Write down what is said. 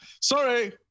Sorry